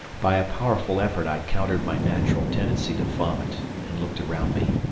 by a powerful effort i countered my natural tendency to vomit, and looked around me.